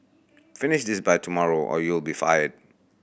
finish this by tomorrow or you'll be fired